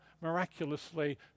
miraculously